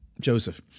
Joseph